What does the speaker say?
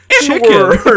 Chicken